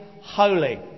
holy